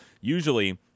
usually